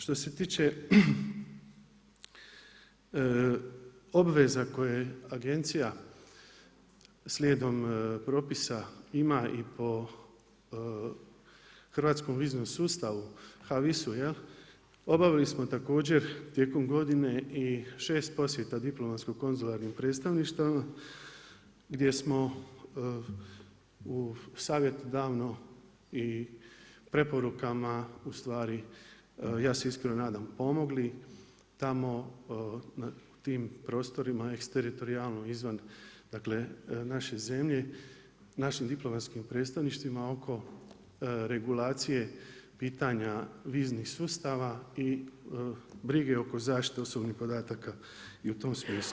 Što se tiče obveza koje Agencija slijedom propisa ima i po hrvatskom viznom sustavu, h-visu obavili smo također tijekom godine i 6 posjeta diplomatsko-konzularnim predstavništvima gdje smo u savjetodavno i preporukama u stvari ja se iskreno nadam pomogli tamo na tim prostorima eksteritorijalno izvan, dakle naše zemlje našim diplomatskim predstavništvima oko regulacije pitanja viznih sustava i brige oko zaštite osobnih podataka i u tom smislu.